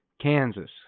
Kansas